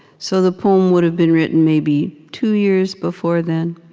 so the poem would've been written maybe two years before then,